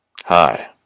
Hi